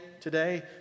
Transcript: Today